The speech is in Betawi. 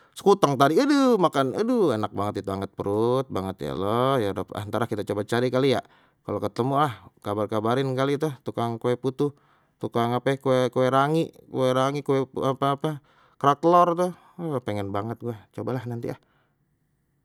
Sekuteng tadi aduh makan aduh enak banget itu anget perut banget ya allah ya rabb ah, entar ah kita coba cari kali ya. Kalau ketemu ah kabar-kabarin kali tu tukang kue putu, tukang ape kue kue rangi, kue rangi kue apa ape, kerak telor tu huh pingin banget gue, cobalah nanti ah.